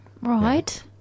right